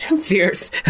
fierce